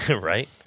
right